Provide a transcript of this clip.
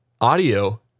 audio